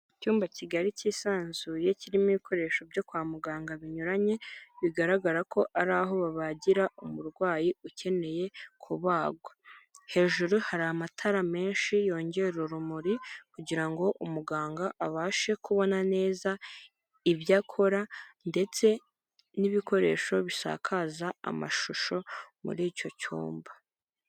Icyumba kigari cyisanzuye kirimo ibikoresho byo kwa muganga binyuranye bigaragara ko ari aho babagira umurwayi ukeneye kubagwa hejuru hari amatara menshi yongera urumuri kugira ngo umuganga abashe kubona neza ibyo akora ndetse n'ibikoresho bisakaza amashusho muri icyo cyumba.